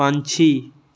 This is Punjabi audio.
ਪੰਛੀ